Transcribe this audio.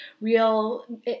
real